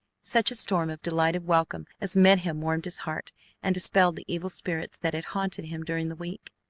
such a storm of delighted welcome as met him warmed his heart and dispelled the evil spirits that had haunted him during the week.